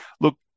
look